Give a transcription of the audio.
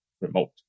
remote